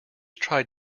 tried